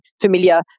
familiar